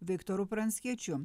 viktoru pranckiečiu